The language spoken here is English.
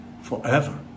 forever